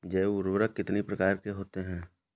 जैव उर्वरक कितनी प्रकार के होते हैं?